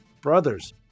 brothers